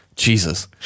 jesus